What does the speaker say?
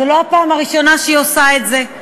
זו לא הפעם הראשונה שהיא עושה את זה.